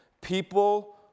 People